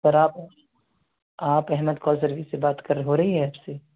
سر آپ آپ Ahmed call service سے بات کر ہو رہی ہے آپ سے